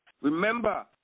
Remember